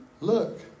look